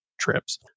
trips